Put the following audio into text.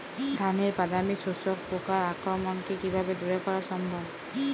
ধানের বাদামি শোষক পোকার আক্রমণকে কিভাবে দূরে করা সম্ভব?